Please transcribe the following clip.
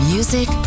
Music